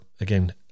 again